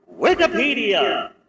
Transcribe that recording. Wikipedia